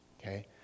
okay